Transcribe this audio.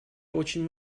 очень